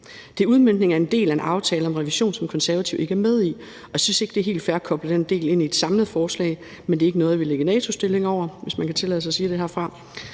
Det er udmøntningen af en del af en aftale om revision, som Konservative ikke er med i, og jeg synes ikke, det er helt fair at koble den del på et samlet forslag, men det er ikke noget, vi ligger i natostilling over, hvis man kan tillade sig at sige det herfra.